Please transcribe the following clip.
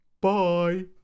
Bye